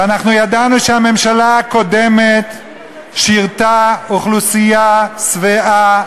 ואנחנו ידענו שהממשלה הקודמת שירתה אוכלוסייה שבעה,